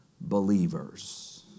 believers